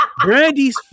Brandy's